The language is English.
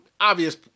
Obvious